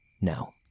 Now